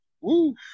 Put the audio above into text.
Woo